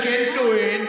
אבל מה שאני כן טוען,